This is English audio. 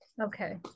Okay